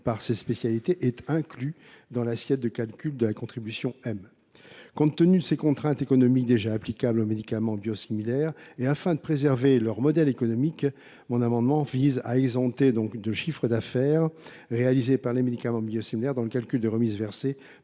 par ces spécialités est inclus dans l’assiette de calcul de la contribution M. Compte tenu des contraintes économiques déjà imposées aux médicaments biosimilaires et afin de préserver leur modèle économique, mon amendement vise à exempter le chiffre d’affaires réalisé par les médicaments biosimilaires du calcul des remises versées